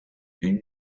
une